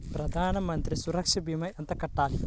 ప్రధాన మంత్రి సురక్ష భీమా ఎంత కట్టాలి?